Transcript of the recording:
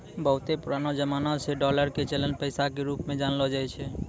बहुते पुरानो जमाना से डालर के चलन पैसा के रुप मे जानलो जाय छै